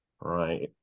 right